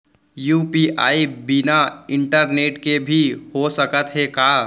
UPI बिना internet के भी हो सकत हे का?